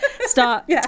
start